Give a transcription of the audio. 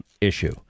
issue